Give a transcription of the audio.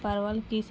پرول کی